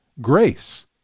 Grace